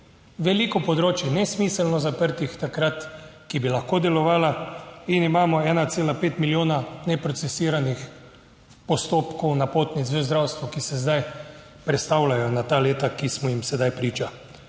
veliko področij nesmiselno zaprtih takrat, ki bi lahko delovala in imamo 1,5 milijona neprocesiranih postopkov, napotnic v zdravstvo, ki se zdaj prestavljajo na ta leta, ki smo jim sedaj priča.